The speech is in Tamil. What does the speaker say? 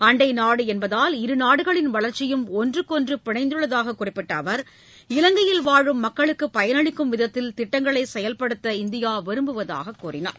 அண்டை நாடு என்பதால் இரு நாடுகளின் வளர்ச்சியும் ஒன்றுக்கொன்று பிணைந்துள்ளதாக குறிப்பிட்ட அவா் இலங்கையில் வாழும் மக்களுக்கு பயனளிக்கும் விதத்தில் திட்டங்களை செயல்படுத்த இந்தியா விரும்புவதாக கூறினார்